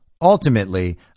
ultimately